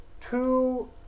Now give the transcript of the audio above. two